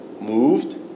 moved